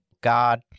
God